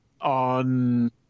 on